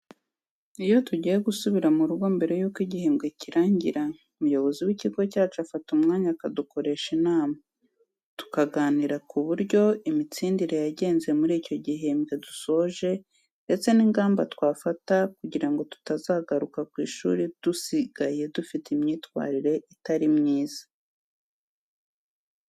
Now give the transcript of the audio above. Iyo tugiye gusubira mu rugo, mbere yuko igihembwe kirangira, umuyobozi w'ikigo cyacu afata umwanya akadukoresha inama, tukaganira ku buryo imitsindire yagenze muri icyo gihembwe dusoje ndetse n'ingamba twafata kugira ngo tutazagaruka ku ishuri dusigaye dufite imyitwarire itari myiza.